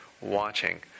Watching